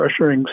pressuring